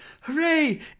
hooray